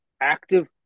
active